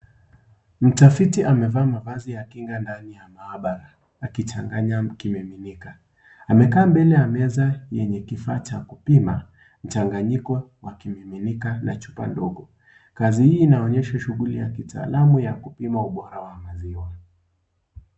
Mtafiti amevaa mavazi ya kinga ndani ya maabara akichanganya kimemiminika amekaa mbele ya meza yenye kifaa cha kupima changanyiko wakimiminika na chupa ndogo. Kazi hii inaonyesha shughuli ya kitaalamu ya kupima ubora wa maziwa.